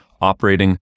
operating